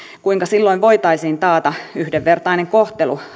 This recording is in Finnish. kuinka silloin voitaisiin taata yhdenvertainen kohtelu